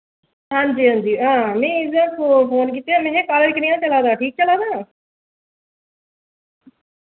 हां जी हां जी हां में इदे आस्तै फोन कीते दा महा कालेज कनेआ चला दा ठीक चला दा